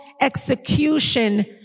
execution